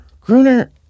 Gruner